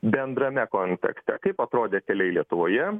bendrame kontekste kaip atrodė keliai lietuvoje